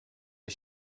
les